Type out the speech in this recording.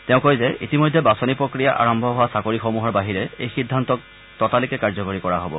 তেওঁ কয় যে ইতিমধ্যে বাছনি প্ৰক্ৰিয়া আৰম্ভ হোৱা চাকৰিসমূহৰ বাহিৰে এই সিদ্ধান্তক ততালিকে কাৰ্যকৰী কৰা হব